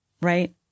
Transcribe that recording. right